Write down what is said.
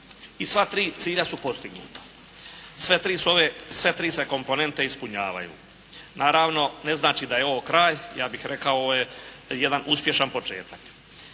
I sva tri cilja su postignuta. Sve tri se komponente ispunjavaju. Naravno ne znači da je ovo kraj, ja bih rekao ovo je jedan uspješan početak.